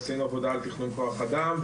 עשינו עבודה על תכנון כוח אדם.